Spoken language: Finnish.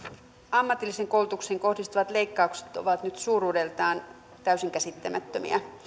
ammatilliseen koulutukseen kohdistuvat leikkaukset ovat nyt suuruudeltaan täysin käsittämättömiä